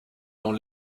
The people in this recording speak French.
dans